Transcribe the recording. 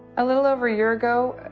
a little over a year ago,